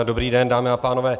Dobrý den, dámy a pánové.